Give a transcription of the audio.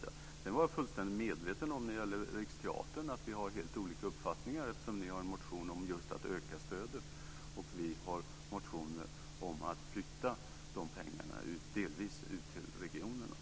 Sedan är jag fullständigt medveten om att vi har olika uppfattningar när det gäller Riksteatern, eftersom ni har en motion om att just öka stödet och vi har motioner om att flytta pengarna delvis ut till regionerna.